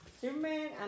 Superman